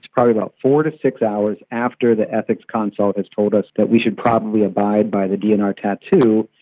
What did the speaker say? probably about four to six hours after the ethics consult has told us that we should probably abide by the dnr tattoo,